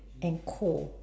and cool